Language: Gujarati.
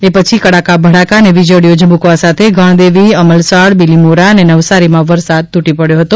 એ પછી કડાકાભડાકા અને વીજળીઓ ઝબૂકવા સાથે ગણદેવીઅમલસાડ બીલીમોરા ને નવસારીમાં વરસાદ તૂટી પડ્યો હતો